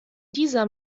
dieser